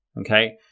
okay